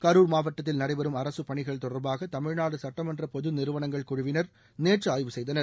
கரூர் மாவட்டத்தில் நடைபெறும் அரசுப் பணிகள் தொடர்பாக தமிழ்நாடு சட்டமன்ற பொது நிறுவனங்கள் குழுவினர் நேற்று ஆய்வு செய்தனர்